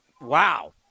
Wow